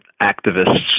activists